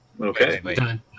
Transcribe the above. Okay